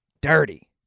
dirty